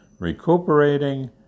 Recuperating